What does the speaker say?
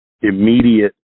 immediate